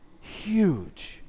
huge